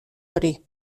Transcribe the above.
hori